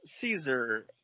Caesar